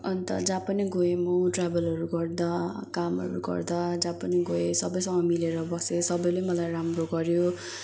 अन्त जहाँ पनि गएँ म ट्राभलहरू गर्दा कामहरू गर्दा जहाँ पनि गएँ सबैसँग मिलेर बसेँ सबैले मलाई राम्रो गऱ्यो